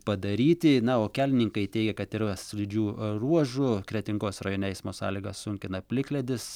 padaryti na o kelininkai teigia kad yra slidžių ruožų kretingos rajone eismo sąlygas sunkina plikledis